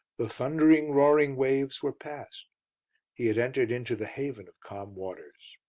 the thundering, roaring waves were passed he had entered into the haven of calm waters.